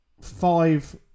five